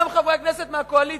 גם חברי הכנסת מהקואליציה,